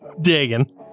Digging